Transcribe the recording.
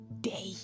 day